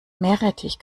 meerrettich